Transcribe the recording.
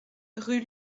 rue